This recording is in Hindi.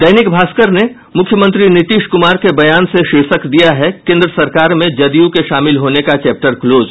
दैनिक भास्कर ने मुख्यमंत्री नीतीश कुमार के बयान से शीर्षक दिया है केंद्र सरकार में जदयू के शामिल होने का चैप्टर क्लोज